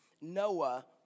Noah